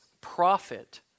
profit